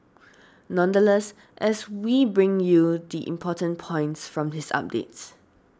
nonetheless as we bring you the important points from his updates